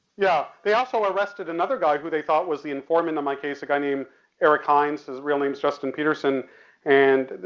yeah, they also arrested another guy who they thought was the informant on my case, a guy named eric hienz, his real name is justin petersen and,